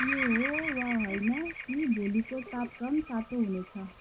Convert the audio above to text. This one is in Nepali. यो हो वा होइन कि भोलिको तापक्रम तातो हुनेछ